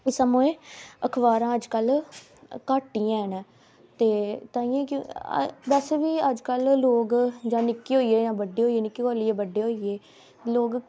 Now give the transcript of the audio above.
इस समें अखबारां अज्जकल घट्ट ई हैन ते ताहियें बैसे बी अज्ज कल लोग जां नि'क्के होइये दे जां बड्डे होइये दे नि'क्के होइये जां बड्डे होइये लोग